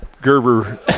Gerber